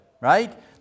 Right